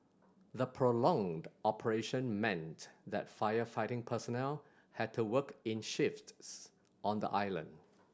the prolonged operation meant that firefighting personnel had to work in shifts on the island